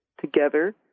together